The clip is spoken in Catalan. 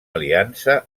aliança